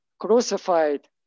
crucified